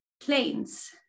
planes